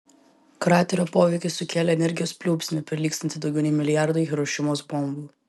kraterio poveikis sukėlė energijos pliūpsnį prilygstantį daugiau nei milijardui hirošimos bombų